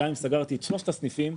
גם אם סגרתי את שלושת הסניפים,